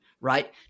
right